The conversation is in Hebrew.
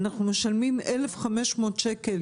אנחנו משלמים 1,500 שקל